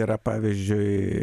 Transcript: yra pavyzdžiui